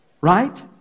Right